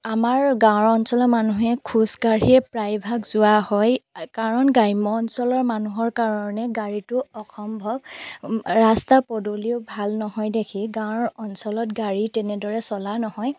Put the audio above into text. আমাৰ গাঁৱৰ অঞ্চলৰ মানুহে খোজকাঢ়িয়ে প্ৰায়ভাগ যোৱা হয় কাৰণ গ্ৰাম্য অঞ্চলৰ মানুহৰ কাৰণে গাড়ীটো অসম্ভৱ ৰাস্তা পদূলিও ভাল নহয় দেখি গাঁৱৰ অঞ্চলত গাড়ী তেনেদৰে চলা নহয়